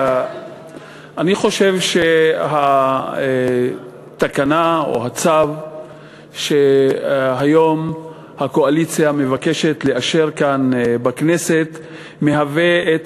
אני חושב שהתקנה או הצו שהיום הקואליציה מבקשת לאשר כאן בכנסת מהווה את